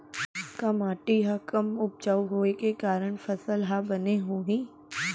का माटी हा कम उपजाऊ होये के कारण फसल हा बने होही?